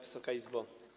Wysoka Izbo!